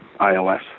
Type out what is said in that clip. iOS